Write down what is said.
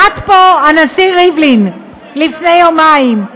עמד פה הנשיא ריבלין לפני יומיים,